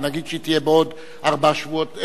ונגיד שהיא תהיה בעוד ארבעה שבועות,